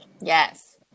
yes